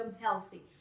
healthy